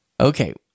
Okay